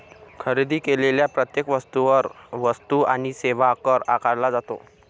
खरेदी केलेल्या प्रत्येक वस्तूवर वस्तू आणि सेवा कर आकारला जातो